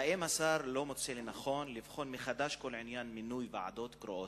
האם השר לא מוצא לנכון לבחון מחדש את כל עניין מינוי הוועדות הקרואות?